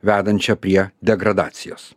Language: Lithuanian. vedančia prie degradacijos